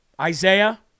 Isaiah